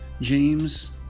James